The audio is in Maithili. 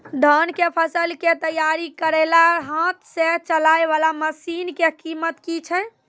धान कऽ फसल कऽ तैयारी करेला हाथ सऽ चलाय वाला मसीन कऽ कीमत की छै?